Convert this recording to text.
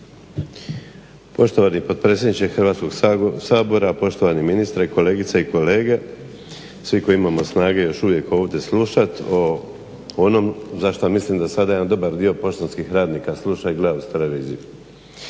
Poštovani potpredsjedniče Hrvatskog sabora, poštovani ministre, kolegice i kolege svi koji imamo snage još uvijek ovdje slušat o onom za šta mislim da sada jedan dobar dio poštanskih radnika sluša i gleda uz televiziju.